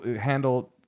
handle